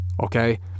Okay